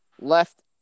left